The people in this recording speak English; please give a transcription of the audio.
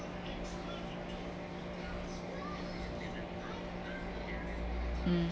mm